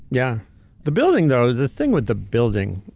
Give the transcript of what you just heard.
yeah the building though, the thing with the building,